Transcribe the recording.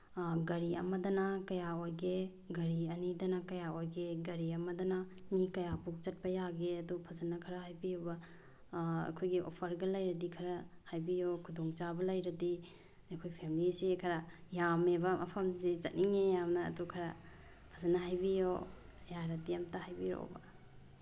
ꯒꯥꯔꯤ ꯑꯃꯗꯅ ꯀꯌꯥ ꯑꯣꯏꯒꯦ ꯒꯥꯔꯤ ꯑꯅꯤꯗꯅ ꯀꯌꯥ ꯑꯣꯏꯒꯦ ꯒꯥꯔꯤ ꯑꯃꯗꯅ ꯃꯤ ꯀꯌꯥꯃꯨꯛ ꯆꯠꯄ ꯌꯥꯒꯦ ꯑꯗꯨ ꯐꯖꯅ ꯈꯔ ꯍꯥꯏꯕꯤꯌꯨꯕ ꯑꯩꯈꯣꯏꯒꯤ ꯑꯣꯐꯔꯒ ꯂꯩꯔꯗꯤ ꯈꯔ ꯍꯥꯏꯕꯤꯌꯨ ꯈꯨꯗꯣꯡꯆꯥꯕ ꯂꯩꯔꯗꯤ ꯑꯩꯈꯣꯏ ꯐꯦꯃꯤꯂꯤꯁꯤ ꯈꯔ ꯌꯥꯝꯃꯦꯕ ꯃꯐꯝꯁꯤ ꯆꯠꯅꯤꯡꯉꯦ ꯌꯥꯝꯅ ꯑꯗꯨ ꯈꯔ ꯐꯖꯅ ꯍꯥꯏꯕꯤꯌꯣ ꯌꯥꯔꯗꯤ ꯑꯝꯇ ꯍꯥꯏꯕꯤꯔꯛꯎꯕ